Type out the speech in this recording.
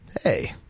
Hey